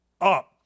up